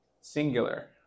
singular